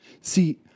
See